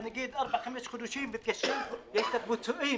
ארבעה חמישה חודשים התקשרו: "יש לך פיצויים".